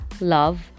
love